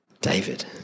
David